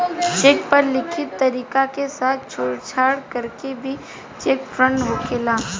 check पर लिखल तारीख के साथ छेड़छाड़ करके भी चेक फ्रॉड होखेला